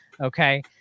Okay